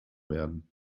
werden